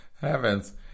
Heavens